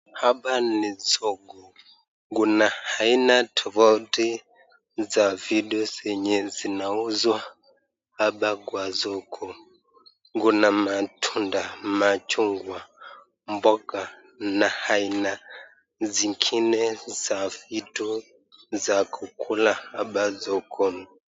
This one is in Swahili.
Hapa ni soko, kuna aina tofuati za vitu zenye zinauzwa hapa kwa soko, kuna matunda, machungwa, mboga na aina zingine za vitu za kukula hapa sokoni.